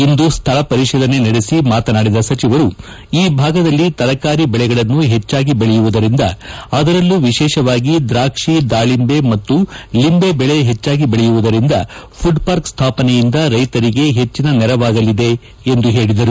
ಇಂದು ಸ್ಥಳ ಪರಿಶೀಲನೆ ನಡೆಸಿ ಮಾತನಾಡಿದ ಸಚಿವರು ಈ ಭಾಗದಲ್ಲಿ ತರಕಾರಿ ಬೆಳೆಗಳನ್ನು ಹೆಚ್ಚಾಗಿ ಬೆಳೆಯುವುದರಿಂದ ಅದರಲ್ಲೂ ವಿಶೇಷವಾಗಿ ದೂಕ್ಷಿ ದಾಳಂಬೆ ಹಾಗೂ ಲಂಬೆ ದೆಳೆ ಹೆಚ್ಚಾಗಿ ಬೆಳೆಯುವುದರಿಂದ ಪುಡ್ಪಾರ್ಕ್ ಸ್ಥಾಪನೆಯಿಂದ ರೈತರಿಗೆ ಹೆಚ್ಚನ ನೆರವಾಗಲಿದೆ ಎಂದು ಹೇಳಿದರು